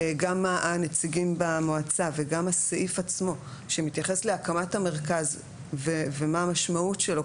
גם הנציגים במועצה וגם הסעיף עצמו שמתייחס להקמת המרכז ומה המשמעות שלו.